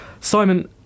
Simon